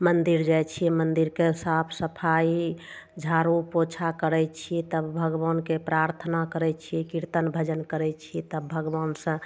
मन्दिर जाइ छियै मन्दिरके साफ सफाइ झाड़ू पोछा करय छियै तब भगवानके प्राथना करय छियै कीर्तन भजन करय छियै तब भगवानसँ